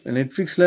Netflix